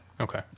okay